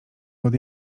pod